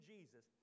Jesus